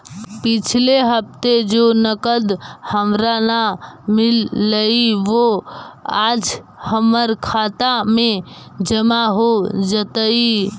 पिछले हफ्ते जो नकद हमारा न मिललइ वो आज हमर खता में जमा हो जतई